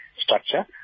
structure